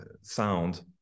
sound